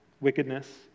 wickedness